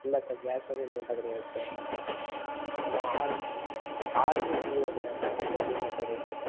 இல்லை sir gas welding நம்மள்ட்ட கிடையாது சார் வேணுனா ஆர்க் ஆர்க்கு சி ஒட்டு தான் சார் ரெண்டு வெல்டிங் தான் சார் இருக்குது